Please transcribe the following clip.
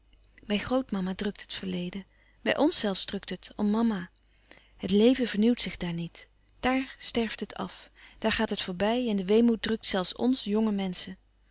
bij grootmama drukt het verleden bij ons zelfs drukt het om mama het leven vernieuwt zich daar niet daar sterft het af daar gaat het voorbij en de weemoed drukt zelfs ons jonge menschen